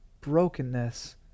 brokenness